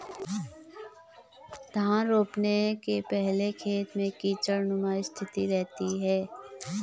धान रोपने के पहले खेत में कीचड़नुमा स्थिति रहती है